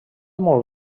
molt